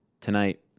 tonight